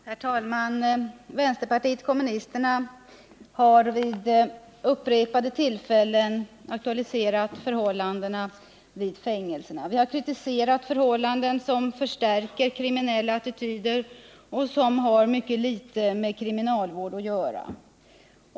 Herr talman! Vänsterpartiet kommunisterna har vid upprepade tillfällen aktualiserat frågan om förhållandena vid fängelserna. Vi har kritiserat förhållanden som förstärker kriminella attityder och som har mycket litet med kriminalvård att göra.